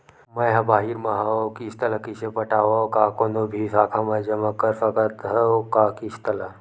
मैं हा बाहिर मा हाव आऊ किस्त ला कइसे पटावव, का कोनो भी शाखा मा जमा कर सकथव का किस्त ला?